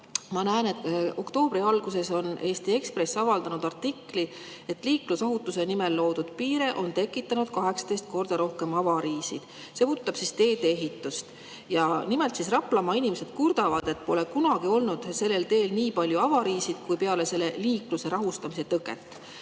ma näen, et oktoobri alguses on Eesti Ekspress avaldanud artikli, et liiklusohutuse nimel loodud piire on tekitanud 18 korda rohkem avariisid. See puudutab teedeehitust. Nimelt, Raplamaa inimesed kurdavad, et sellel teel pole kunagi olnud nii palju avariisid kui peale selle liikluse rahustamise tõkke